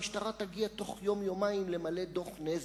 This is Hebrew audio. המשטרה תגיע תוך יום-יומיים למלא דוח נזק.